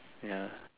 ya